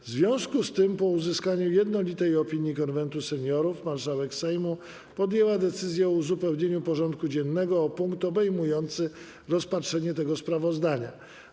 W związku z tym, po uzyskaniu jednolitej opinii Konwentu Seniorów, marszałek Sejmu podjęła decyzję o uzupełnieniu porządku dziennego o punkt obejmujący rozpatrzenie tego sprawozdania.